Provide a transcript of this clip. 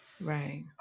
Right